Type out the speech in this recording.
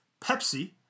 Pepsi